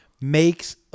makes